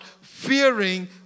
fearing